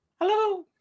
Hello